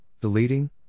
deleting